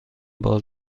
باز